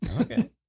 Okay